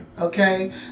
Okay